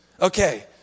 Okay